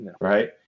right